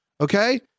okay